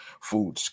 food